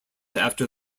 after